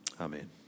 Amen